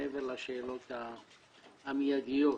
מעבר לשאלות המיידיות.